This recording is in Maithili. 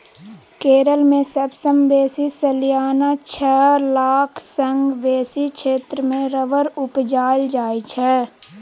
केरल मे सबसँ बेसी सलियाना छअ लाख सँ बेसी क्षेत्र मे रबर उपजाएल जाइ छै